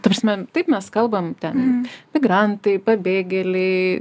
ta prasme taip mes kalbam ten migrantai pabėgėliai